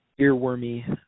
earwormy